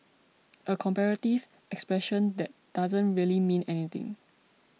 a comparative expression that doesn't really mean anything